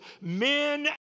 Men